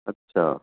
अच्छा